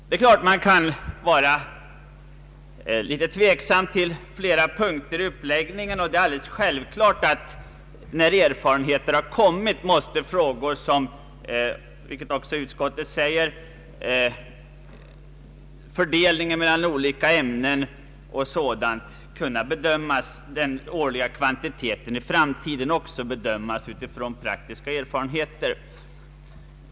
Det är klart att man kan vara litet tveksam till flera punkter i uppläggningen. Men när erfarenheter har vunnits måste, vilket också framhållits i utlåtandet, fördelningen mellan olika ämnen 0. d. kunna bedömas, även den årliga utbildningskullens storlek måste för framtiden kunna bedömas utifrån praktiska erfarenheter.